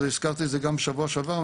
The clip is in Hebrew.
והזכרתי את זה גם בשבוע שעבר,